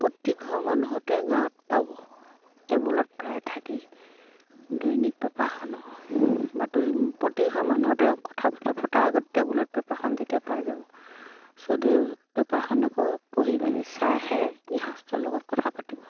প্ৰতিঘৰ মানুহতে গাঁৱত পাব টেবুলত প্ৰায় থাকেই দৈনিক পেপাৰখনৰ বাতৰি প্ৰতিঘৰ মানুহতে কথা বতৰা পতাৰ আগত টেবুলত পেপাৰখন যেতিয়া পাই যাব চবেই পেপাৰখনকে পঢ়ি মেলি চাইহে গৃহস্থৰ লগত কথা পাতিব